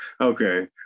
okay